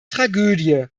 tragödie